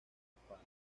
espada